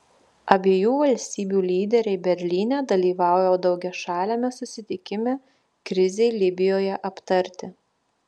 abiejų valstybių lyderiai berlyne dalyvauja daugiašaliame susitikime krizei libijoje aptarti